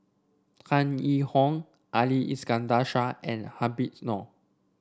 Tan Yee Hong Ali Iskandar Shah and Habib Noh